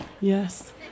Yes